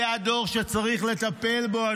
זה הדור שצריך לטפל בו.